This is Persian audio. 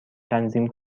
تنظیم